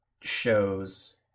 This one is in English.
shows